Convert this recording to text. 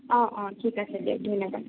অ অ ঠিক আছে দিয়ক ধন্যবাদ